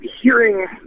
hearing